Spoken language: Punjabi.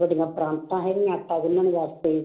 ਵੱਡੀਆਂ ਪ੍ਰਾਂਤਾਂ ਹੈਗੀਆਂ ਆਟਾ ਗੁੰਨਣ ਵਾਸਤੇ